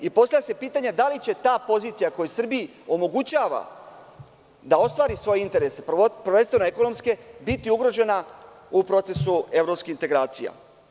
Postavlja se pitanje da li će ta pozicija koja Srbiji omogućava da ostvari svoje interese, prvenstveno ekonomske, biti ugrožena u procesu evropskih integracija?